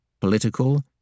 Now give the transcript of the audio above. political